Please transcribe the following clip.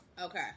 Okay